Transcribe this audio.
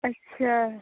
अच्छा